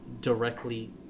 directly